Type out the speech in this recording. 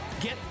Get